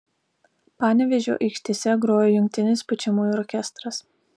panevėžio aikštėse grojo jungtinis pučiamųjų orkestras